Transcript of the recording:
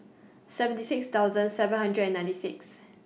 seventy six thousand seven hundred and ninety six